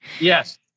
Yes